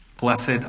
Blessed